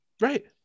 right